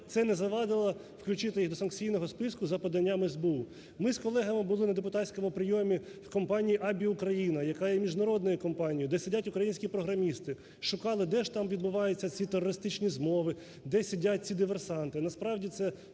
це не завадило включити їх до санкційного списку за поданням СБУ. Ми з колегами були на депутатському прийомі в компанії "ABBYY Україна", яка є міжнародною кампанією, де сидять українські програмісти, шукали, де ж там відбуваються ці терористичні змови, де сидять ці диверсанти.